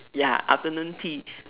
ya afternoon tea